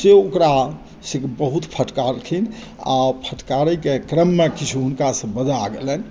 से ओकरा से बहुत फटकारलखिन आओर फटकारैके क्रममे किछु हुनका सँ बजा गेलनि